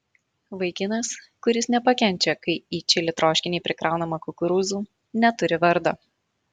vaikinas kuris nepakenčia kai į čili troškinį prikraunama kukurūzų neturi vardo